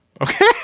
Okay